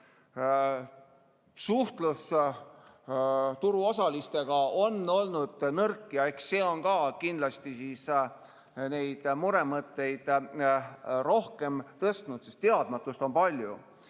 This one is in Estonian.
Suhtlus turuosalistega on olnud nõrk ja eks see on kindlasti neid muremõtteid rohkem tõstatanud, sest teadmatust on palju.